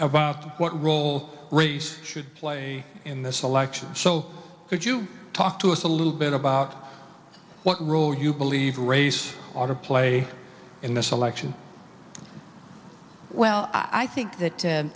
about what role race should play in this election so could you talk to us a little bit about what role you believe race or play in the selection well i think that